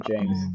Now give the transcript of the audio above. James